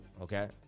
Okay